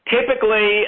Typically